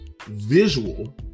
visual